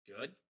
Good